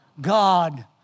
God